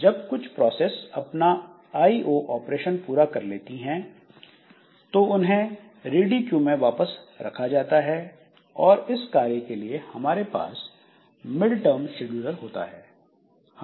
जब कुछ प्रोसेस अपना आईओ ऑपरेशन पूरा कर लेती हैं तो उन्हें रेडी क्यू में वापस रखा जाता है और इस कार्य के लिए हमारे पास मिड टर्म शेड्यूलर होता है